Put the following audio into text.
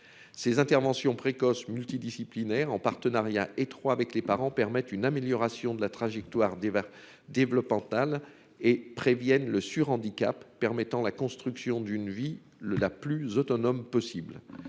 ces interventions précoces multidisciplinaire en partenariat étroit avec les parents, permettent une amélioration de la trajectoire divers développementale et préviennent le sur-handicap permettant la construction d'une vie le la plus autonome possible